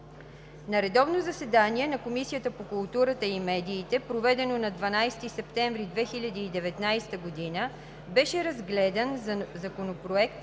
На редовно заседание на Комисията по културата и медиите, проведено на 12 септември 2019 г., беше разгледан Законопроект